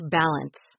balance